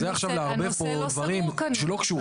זה עכשיו לערבב פה דברים שלא קשורים.